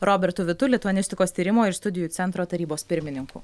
robertu vitu lituanistikos tyrimo ir studijų centro tarybos pirmininku